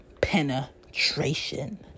penetration